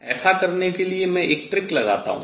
ऐसा करने के लिए मैं एक trick लगाता हूँ